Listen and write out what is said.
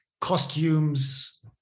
costumes